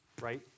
right